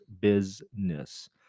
business